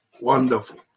Wonderful